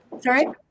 Sorry